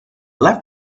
left